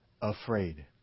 afraid